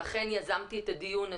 ולכן יזמתי את הדיון הזה.